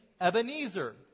Ebenezer